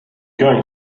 going